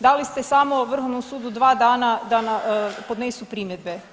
Da li ste samo Vrhovnom sudu dva dana da podnesu primjedbe.